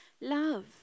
love